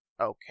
okay